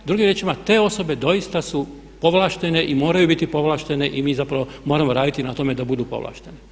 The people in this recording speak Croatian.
Drugim riječima te osobe doista su povlaštene i moraju biti povlaštene i mi zapravo moramo raditi na tome da budu povlaštene.